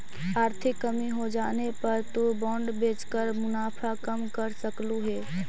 आर्थिक कमी होजाने पर तु बॉन्ड बेचकर मुनाफा कम कर सकलु हे